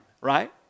right